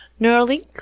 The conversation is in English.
Neuralink